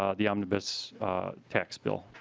um the omnibus tax bill.